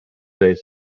days